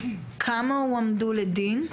כמה הועמדו לדין,